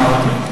אמרתי.